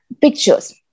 pictures